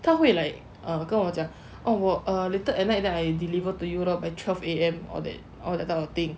他会 like err 跟我讲 oh 我 later at night then will deliver to you lor like twelve A_M or that all all that kind of thing